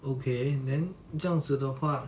okay then 这样子的话